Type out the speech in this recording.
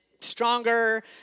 stronger